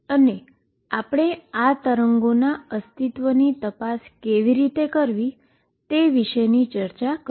અને આપણે આ વેવના અસ્તિત્વની તપાસ કેવી રીતે કરવી તે વિશેની ચર્ચા કરી